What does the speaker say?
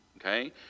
Okay